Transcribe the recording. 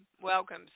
Welcome